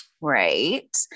Right